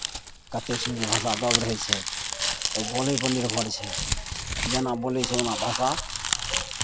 कतेक शुद्ध भाषा दब रहै छै तऽ बोलयपर निर्भर छै जेना बोलै छै ओना भाषा